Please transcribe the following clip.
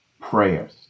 prayers